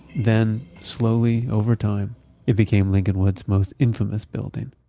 then slowly over time it became lincolnwood's most infamous building.